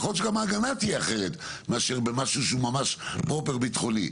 יכול להיות שגם ההגנה תהיה אחרת מאשר במשהו שהוא ממש פרופר ביטחוני,